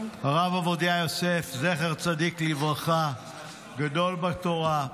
הרב עובדיה יוסף, זכר צדיק לברכה, גדול בתורה,